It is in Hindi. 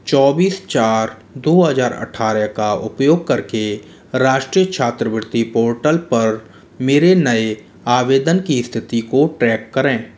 चौबीस चार दो हज़ार अट्ठारह का उपयोग करके राष्ट्रीय छात्रवृत्ति पोर्टल पर मेरे नए आवेदन की स्थिति को ट्रैक करें